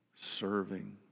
Serving